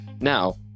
Now